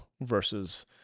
versus